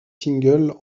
singles